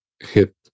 hit